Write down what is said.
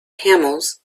camels